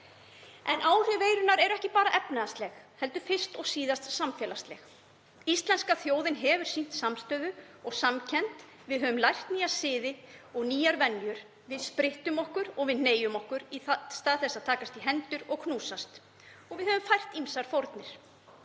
Áhrif veirunnar eru ekki bara efnahagsleg heldur fyrst og síðast samfélagsleg. Íslenska þjóðin hefur sýnt samstöðu og samkennd. Við höfum lært nýja siði og nýjar venjur. Við sprittum okkur og við hneigjum okkur í stað þess að takast í hendur og knúsast. Og við höfum fært ýmsar fórnir